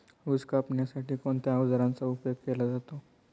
ऊस कापण्यासाठी कोणत्या अवजारांचा उपयोग केला जातो?